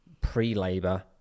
pre-labor